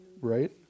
Right